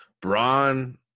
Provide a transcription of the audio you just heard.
Braun